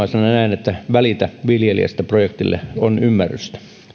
että välitä viljelijästä projektille on ymmärrystä